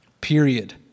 period